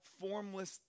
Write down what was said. formless